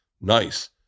nice